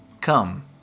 Come